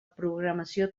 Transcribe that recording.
programació